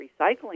recycling